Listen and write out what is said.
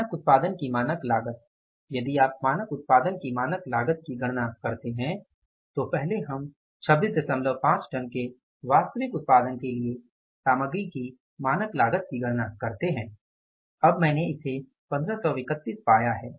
मानक उत्पादन की मानक लागत यदि आप मानक उत्पादन की मानक लागत की गणना करते हैं तो पहले हम 265 टन के वास्तविक उत्पादन के लिए सामग्री की मानक लागत की गणना करते हैं अब मैंने इसे 1531 पाया है